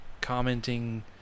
commenting